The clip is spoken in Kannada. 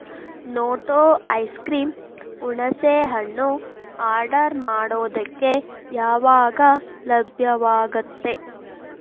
ನೋಟೋ ಐಸ್ಕ್ರೀಮ್ ಹುಣಸೇಹಣ್ಣು ಆರ್ಡರ್ ಮಾಡೋದಕ್ಕೆ ಯಾವಾಗ ಲಭ್ಯವಾಗತ್ತೆ